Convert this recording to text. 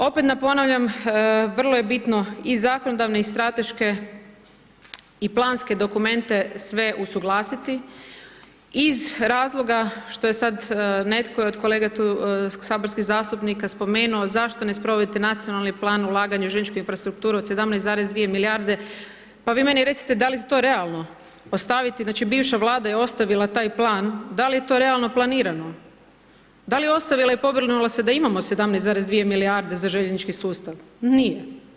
Opet na ponavljam vrlo je bitno i zakonodavne i strateške i planske dokumente sve usuglasiti iz razloga što je sad netko i od kolega tu saborskih zastupnika spomenuo zašto ne sprovedete Nacionalni plan ulaganja u željezničku infrastrukturu od 17,2 milijarde, pa vi meni recite da li je to realno ostaviti znači bivša vlada je ostavila taj plan, da li je to realno planirano, da li je ostavila i pobrinula se da imamo 17,2 milijarde za željeznički sustav, nije.